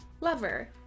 lover